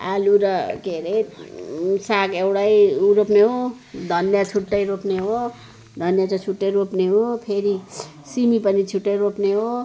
आलु र के अरे साग एउटै उ रोप्ने हो धनियाँ छुट्टै रोप्ने हो धनियाँ चाहिँ छुट्टै रोप्ने हो फेरि सिबी पनि छुट्टै रोप्ने हो